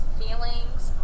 feelings